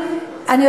אין הצבעה,